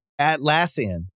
Atlassian